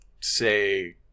say